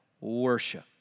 worship